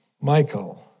Michael